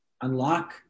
unlock